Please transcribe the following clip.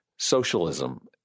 Socialism